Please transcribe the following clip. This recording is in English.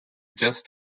just